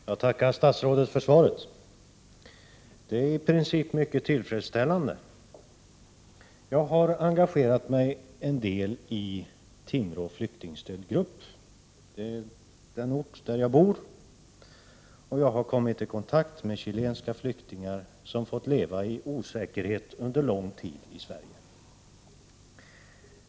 Herr talman! Jag tackar statsrådet för svaret. Det är i princip mycket tillfredsställande. Jag har engagerat mig en del i Timrå flyktingstödgrupp — jag bor i Timrå — och jag har då kommit i kontakt med chilenska flyktingar som fått leva i osäkerhet under lång tid i Sverige.